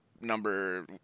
Number